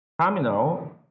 terminal